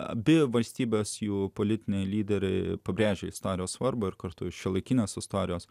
abi valstybes jų politiniai lyderiai pabrėžė istorijos svarbą ir kartu šiuolaikinės istorijos